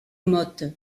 motte